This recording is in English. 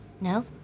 No